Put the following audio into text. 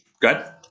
Good